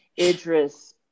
Idris